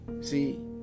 See